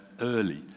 early